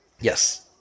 Yes